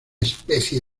especie